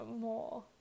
more